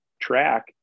track